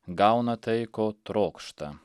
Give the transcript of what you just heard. gauna tai ko trokšta